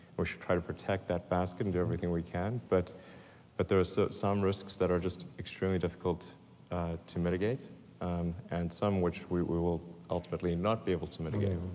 should try to protect that basket and do everything we can, but but there's so some risks that are just extremely difficult to mitigate and some which we we will ultimately not be able to mitigate.